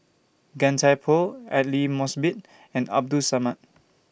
Gan Thiam Poh Aidli Mosbit and Abdul Samad